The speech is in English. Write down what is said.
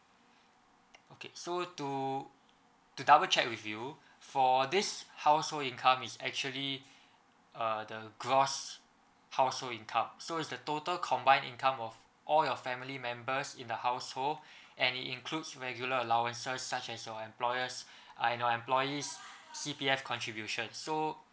okay so to to double check with you for this household income is actually uh the gross household income so is the total combined income of all your family members in the household and it includes regular allowances such as well employers and your employees C_P_F contribution so